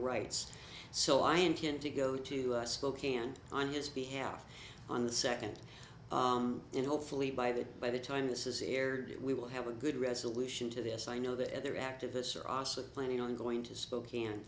rights so i intend to go to spokane on his behalf on the second and hopefully by that by the time this is aired we will have a good resolution to this i know that other activists are also planning on going to spokane